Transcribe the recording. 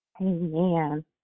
Amen